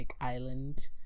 island